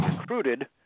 recruited